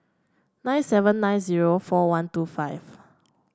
nine seven nine zero four one two five